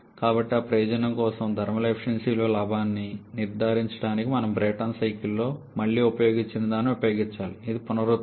కాబట్టి ఆ ప్రయోజనం కోసం థర్మల్ ఎఫిషియెన్సీలో లాభాన్ని నిర్ధారించడానికి మనం బ్రేటన్ సైకిల్లో మళ్లీ ఉపయోగించిన దాన్ని ఉపయోగించాలి ఇది పునరుత్పత్తి